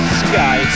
sky